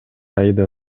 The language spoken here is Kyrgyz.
аида